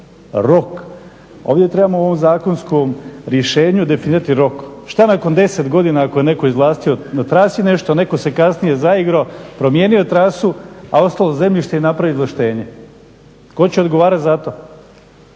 Rok. Ovdje trebamo u ovom zakonskom rješenju definirati rok. Šta nakon 10 godina ako je netko izvlastio na trasi nešto a netko se kasnije zaigrao, promijenio trasu a ostalo zemljište i napravi izvlaštenje? Tko će odgovarati za to?